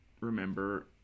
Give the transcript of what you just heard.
remember